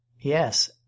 Yes